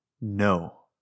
no